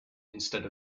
instead